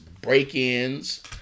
break-ins